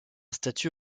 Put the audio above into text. statut